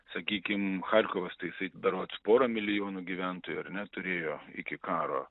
sakykim charkovas tai jisai berods porą milijonų gyventojų ar ne turėjo iki karo